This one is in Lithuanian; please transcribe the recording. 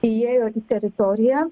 įėjo į teritoriją